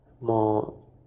more